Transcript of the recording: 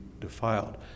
defiled